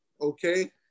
Okay